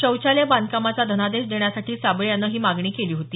शौचालय बांधकामाचा धनादेश देण्यासाठी साबळे याने लाचेची मागणी केली होती